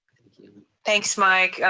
thank you. thanks mike,